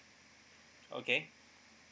okay